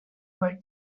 were